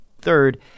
Third